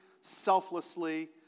selflessly